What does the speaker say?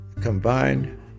combined